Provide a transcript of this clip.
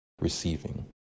receiving